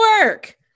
work